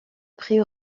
prix